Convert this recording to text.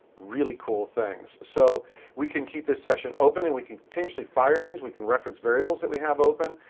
really cool things. so we can keep this session open, and we can continuously fire things. we can reference variables that we have open.